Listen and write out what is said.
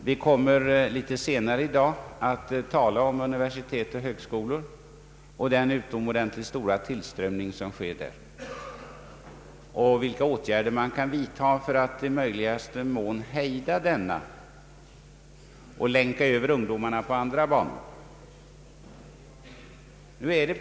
Vi kommer litet senare i dag att tala om universitet och högskolor och den utomordentligt stora tillströmning som sker dit samt vilka åtgärder som kan vidtas för att i möjligaste mån hejda denna tillströmning och länka över ungdomarna på andra banor.